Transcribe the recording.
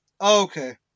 okay